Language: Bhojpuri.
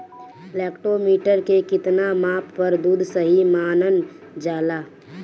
लैक्टोमीटर के कितना माप पर दुध सही मानन जाला?